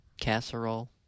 casserole